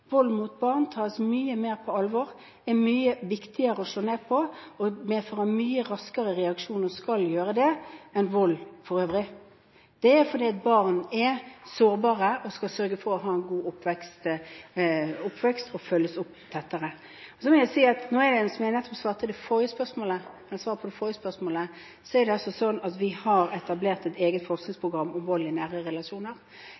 Vold mot barn tas mye mer på alvor og er mye viktigere å slå ned på og medfører mye raskere reaksjon – og skal gjøre det – enn vold for øvrig. Det er fordi barn er sårbare. Man skal sørge for at de har en god oppvekst og følges opp tettere. Så må jeg si, som jeg nettopp svarte på det forrige spørsmålet, at vi har etablert et eget forskningsprogram om vold i nære relasjoner. Det omfatter også at vi